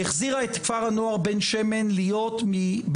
שהחזירה את כפר הנוער בן שמן להיות מבין